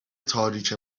تاریک